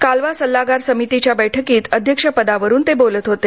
कालवा सल्लागार समितीच्या बैठकीत अध्यक्षपदावरून ते बोलत होते